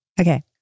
Okay